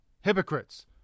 hypocrites